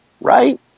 Right